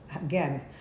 Again